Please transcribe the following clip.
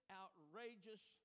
outrageous